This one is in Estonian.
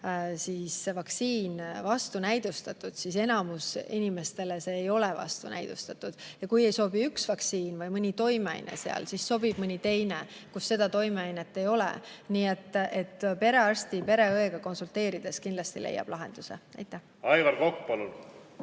on vaktsiin vastunäidustatud, seega enamikule inimestele see ei ole vastunäidustatud. Kui ei sobi üks vaktsiin, mõni toimeaine selles, siis sobib mõni teine, kus seda toimeainet ei ole. Nii et perearsti või pereõega konsulteerides kindlasti leiab lahenduse. Suur aitäh!